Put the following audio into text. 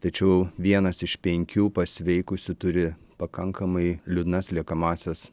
tačiau vienas iš penkių pasveikusių turi pakankamai liūdnas liekamąsias